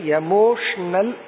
emotional